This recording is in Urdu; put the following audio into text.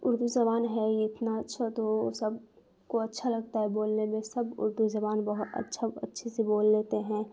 اردو زبان ہے ہی اتنا اچھا تو سب کو اچھا لگتا ہے بولنے میں سب اردو زبان بہت اچھا اچھے سے بول لیتے ہیں